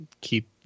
keep